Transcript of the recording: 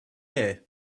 air